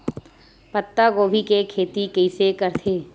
पत्तागोभी के खेती कइसे करथे?